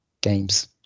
games